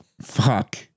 Fuck